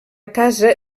casa